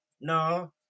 no